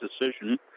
decision